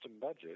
budget